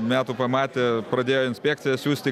metų pamatė pradėjo inspekcijas siųsti